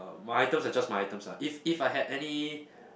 uh my items are just my items lah if if I had any